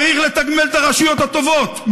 צריך לתגמל את הרשויות הטובות.